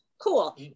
Cool